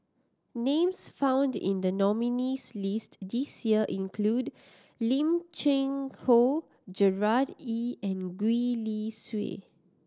names found in the nominees' list this year include Lim Cheng Hoe Gerard Ee and Gwee Li Sui